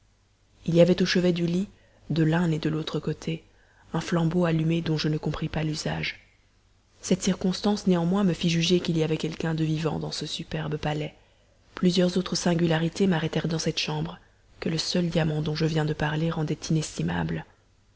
il y avait au chevet du lit de l'un et de l'autre côté un flambeau allumé dont je ne compris pas l'usage cette circonstance néanmoins me fit juger qu'il y avait quelqu'un de vivant dans ce superbe palais car je ne pouvais croire que ces flambeaux pussent s'entretenir allumés d'eux-mêmes plusieurs autres singularités m'arrêtèrent dans cette chambre que le seul diamant dont je viens de parler rendait inestimable